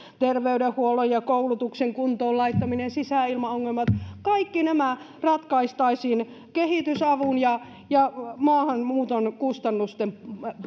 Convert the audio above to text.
terveydenhuollon ja koulutuksen kuntoon laittaminen sisäilmaongelmat kaikki nämä ratkaistaisiin kehitysavun ja ja maahanmuuton kustannusten